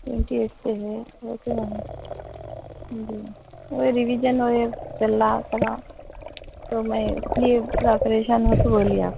twenty eight سے ہے okay ma'am جی رویزن وغیرہ چل رہا تھوڑا تو میں اس لیے زیادہ پریشان ہو کے بولی آپ کو